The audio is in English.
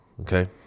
okay